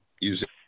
using